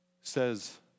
says